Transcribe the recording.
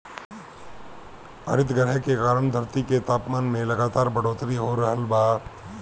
हरितगृह के कारण धरती के तापमान में लगातार बढ़ोतरी हो रहल बा